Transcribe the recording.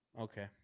Okay